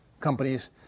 companies